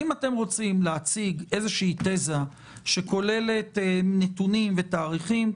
אם אתם רוצים להציג איזה תיזה שכוללת נתונים ותאריכים,